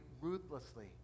ruthlessly